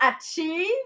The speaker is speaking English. achieve